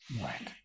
Right